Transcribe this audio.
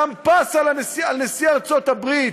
שם פס על נשיא ארצות-הברית,